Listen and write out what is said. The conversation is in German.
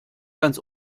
ganz